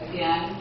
Again